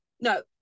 No